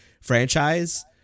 franchise